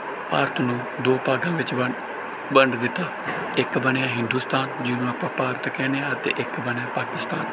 ਭਾਰਤ ਨੂੰ ਦੋ ਭਾਗਾਂ ਵਿੱਚ ਵੰ ਵੰਡ ਦਿੱਤਾ ਇੱਕ ਬਣਿਆ ਹਿੰਦੁਸਤਾਨ ਜਿਹਨੂੰ ਆਪਾਂ ਭਾਰਤ ਕਹਿੰਦੇ ਹਾਂ ਅਤੇ ਇੱਕ ਬਣਿਆ ਪਾਕਿਸਤਾਨ